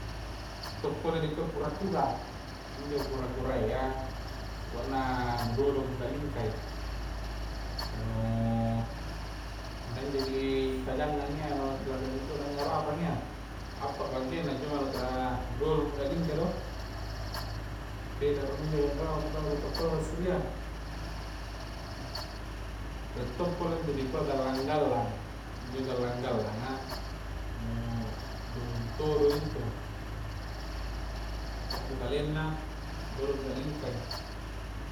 To' pole dikua kura-kura, injo kura-kura ya buanna dodong anu lingka i kah anu punna injo di kagangna ngia nu tallere mintodo minto harapang ya, appang bangkeng na cuma nulatra dodong punna lingkai do rie tanru rija sempae' ku aa lassiria rie to pole intu dikua gallang-gallang, injo gallang-gallanga nu dulu tudu intu la'bu kalenna dodong pole punna lingkai'.